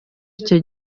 icyo